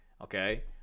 okay